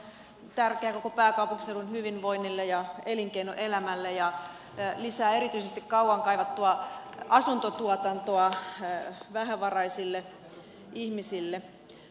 hanke on tärkeä koko pääkaupunkiseudun hyvinvoinnille ja elinkeinoelämälle ja lisää erityisesti kauan kaivattua asuntotuotantoa vähävaraisille ihmisille